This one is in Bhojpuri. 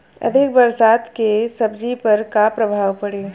अधिक बरसात के सब्जी पर का प्रभाव पड़ी?